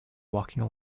walking